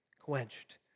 quenched